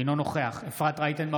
אינו נוכח אפרת רייטן מרום,